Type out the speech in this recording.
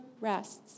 rests